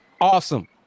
awesome